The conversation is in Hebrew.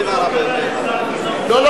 לא,